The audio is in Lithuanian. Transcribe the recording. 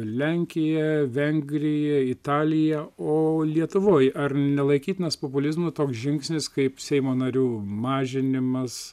lenkija vengrija italija o lietuvoj ar nelaikytinas populizmu toks žingsnis kaip seimo narių mažinimas